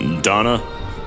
Donna